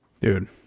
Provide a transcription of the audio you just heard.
Dude